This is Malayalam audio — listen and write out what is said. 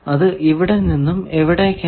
അത് ഇവിടെ നിന്നും ഇവിടേക്കാണ്